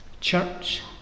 Church